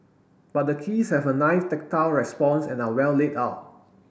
but the keys have a nice tactile response and are well laid out